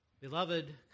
Beloved